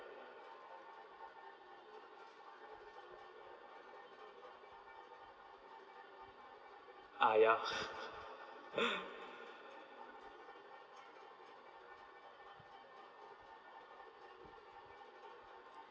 uh ya